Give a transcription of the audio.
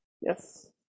yes